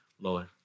Lord